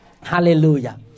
Hallelujah